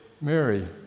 Mary